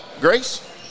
Grace